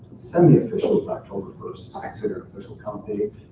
semi-official is october first, it's considered official count day.